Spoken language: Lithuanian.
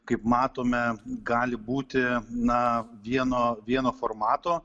kaip matome gali būti na vieno vieno formato